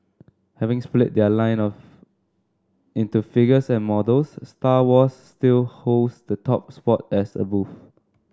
having split their line of into figures and models Star Wars still holds the top spot as a booth